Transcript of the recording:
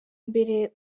mbere